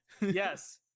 Yes